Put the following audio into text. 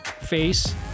face